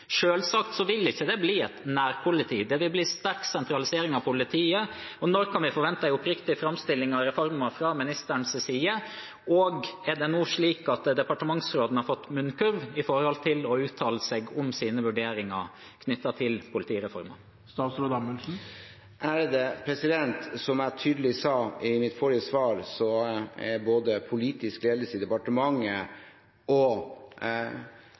vil ikke det bli et nærpoliti. Det vil bli en sterk sentralisering av politiet. Når kan vi forvente en oppriktig framstilling av reformen fra ministerens side, og er det nå slik at departementsråden har fått munnkurv når det gjelder å uttale seg om sine vurderinger knyttet til politireformen? Som jeg tydelig sa i mitt forrige svar, er både politisk ledelse i departementet og